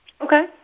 Okay